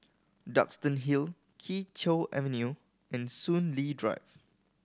Duxton Hill Kee Choe Avenue and Soon Lee Drive